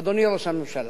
אדוני ראש הממשלה,